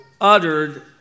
uttered